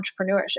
entrepreneurship